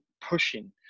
pushing